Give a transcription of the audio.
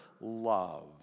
love